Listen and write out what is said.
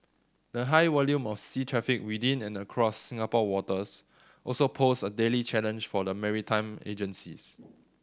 the high volume of sea traffic within and across Singapore waters also poses a daily challenge for the maritime agencies